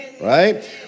Right